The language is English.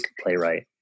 playwright